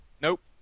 Nope